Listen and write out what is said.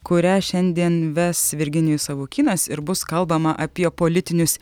kurią šiandien ves virginijus savukynas ir bus kalbama apie politinius